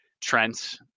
Trent